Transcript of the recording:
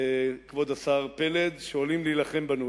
כבוד השר פלד, עולים להילחם בנו.